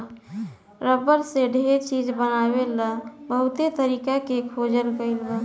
rubber से ढेर चीज बनावे ला बहुते तरीका के खोजल गईल बा